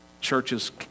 Churches